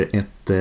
ett